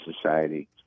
society